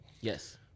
Yes